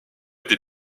été